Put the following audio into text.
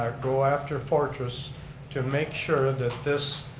um go after fortis to make sure that this